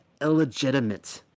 illegitimate